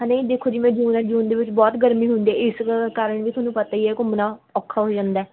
ਹੈ ਨਾ ਜੀ ਦੇਖੋ ਜਿਵੇਂ ਜੂਨ ਹੈ ਜੂਨ ਦੇ ਵਿੱਚ ਬਹੁਤ ਗਰਮੀ ਹੁੰਦੀ ਹੈ ਇਸ ਕਾਰਨ ਵੀ ਤੁਹਾਨੂੰ ਪਤਾ ਹੀ ਹੈ ਘੁੰਮਣਾ ਔਖਾ ਹੋ ਜਾਂਦਾ